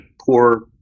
poor